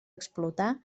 explotar